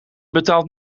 betaalt